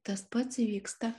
tas pats įvyksta